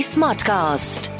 Smartcast